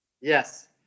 Yes